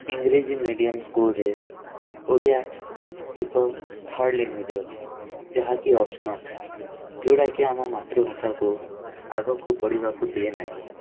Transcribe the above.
ଇଂଗ୍ରେଜୀ medium ସ୍କୁଲରେ ଓଡ଼ିଆ ଏକ third ଲାଙ୍ଗୁଏଜ୍ରେ ଅଛି ଯାହାକି ଅପ୍ସନାଲ୍ ଯେଉଁଟାକି ଆମ ମାତୃଭାଷାକୁ ଆଗକୁ ବଢ଼ିବାକୁ ଦିଏ ନାହିଁ